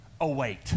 Await